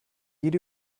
jede